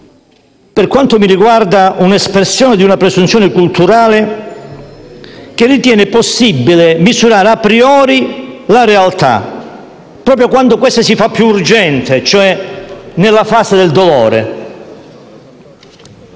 per quanto mi riguarda sono espressione di una presunzione culturale che ritiene possibile misurare *a priori* la realtà, proprio quando questa si fa più urgente, cioè nella fase del dolore.